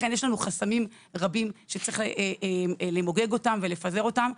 לכן יש לנו חסמים רבים שצריך למוגג אותם ולפזר אותם,